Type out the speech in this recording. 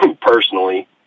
personally